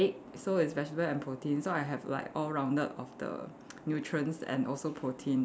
so it's vegetable and protein so I have like all rounded of the nutrients and also protein